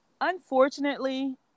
unfortunately